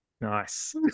Nice